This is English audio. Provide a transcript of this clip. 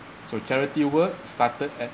so charity work started at